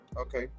Okay